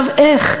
איך,